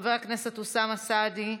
חבר הכנסת אוסאמה סעדי,